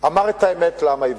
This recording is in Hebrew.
אמר את האמת לעם היווני: